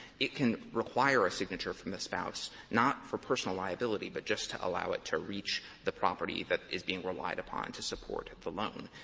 it can require a signature from the spouse, not for personal liability, but just to allow it to reach the property that is being relied upon to support the loan.